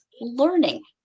learning